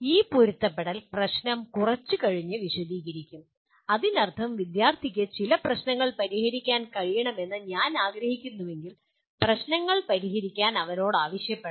ഈ പൊരുത്തപ്പെടൽ പ്രശ്നം കുറച്ച് കഴിഞ്ഞ് വിശദീകരിക്കും അതിനർത്ഥം വിദ്യാർത്ഥിക്ക് ചില പ്രശ്നങ്ങൾ പരിഹരിക്കാൻ കഴിയണമെന്ന് ഞാൻ ആഗ്രഹിക്കുന്നുവെങ്കിൽ പ്രശ്നങ്ങൾ പരിഹരിക്കാൻ അവനോട് ആവശ്യപ്പെടണം